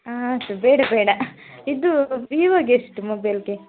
ಆಯ್ತು ಬೇಡ ಬೇಡ ಇದೂ ವಿವೋಗೆ ಎಷ್ಟು ಮೊಬೈಲಿಗೆ